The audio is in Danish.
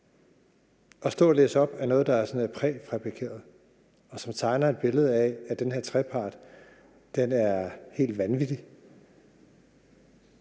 at stå og læse op af noget, der sådan er præfabrikeret, og som tegner et billede af, at den her trepart er helt vanvittig,